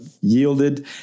yielded